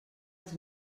els